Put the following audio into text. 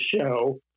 show